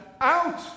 out